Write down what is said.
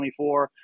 2024